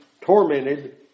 tormented